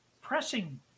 pressing